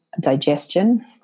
digestion